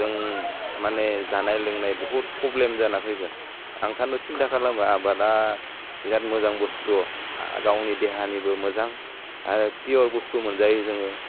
जों माने जानाय लोंनाय बहुद पब्लेम जाना फैगोन आं ओंखायनो सिन्था खालामो आबादा बिराद मोजां बुस्थु गावनि देहानिबो मोजां आरो पिअर बुस्थु मोनजायो जोङो